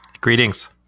Greetings